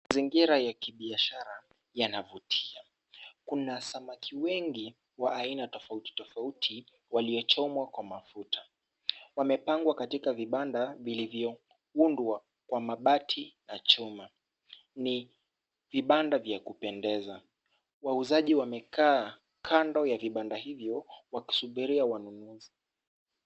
Mazingira ya kibiashara yanavutia. Kuna samaki wengi wa aina tofauti tofauti waliochomwa kwa mafuta. Wamepangwa katika vibanda vilivyoundwa kwa mabati na chuma. Ni vibanda vya kupendeza. Wauzaji wamekaa kando ya vibanda hivyo wakisubira wanunuzi.